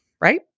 right